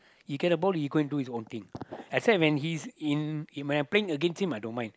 he get the ball he go and do his own thing except when he's in when I'm playing against him I don't mind